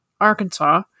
Arkansas